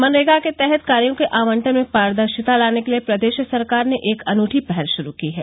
मनरेगा के तहत कार्यों के आवंटन में पारदर्शिता लाने के लिए प्रदेश सरकार ने एक अनूठी पहल शुरू की है